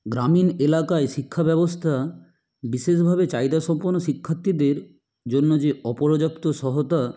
গ্রামীণ এলাকায় শিক্ষাব্যবস্থা বিশেষভাবে চাহিদা সম্পন্ন শিক্ষার্থীদের জন্য যে অপর্যাপ্ত সহায়তা